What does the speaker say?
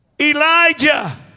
Elijah